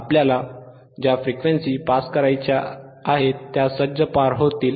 आपल्याला ज्या frequency pass करायच्या आहेत त्या सहज पार होतील